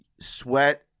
sweat